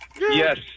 Yes